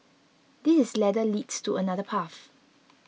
this ladder leads to another path